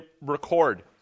record